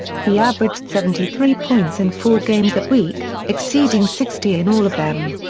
he averaged seventy three points in four games that week, exceeding sixty in all of them.